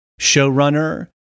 showrunner